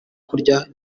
kurya